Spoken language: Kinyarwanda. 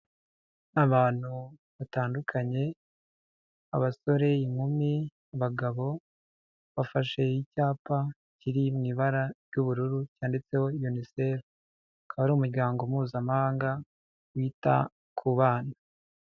Abantu batandukanye, abasore, inkumi, abagabo, bafashe icyapa kiri mu ibara ry'ubururu cyanditseho unicef, akaba ari umuryango mpuzamahanga wita ku bana.